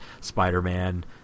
Spider-Man